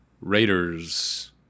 Raiders